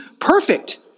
perfect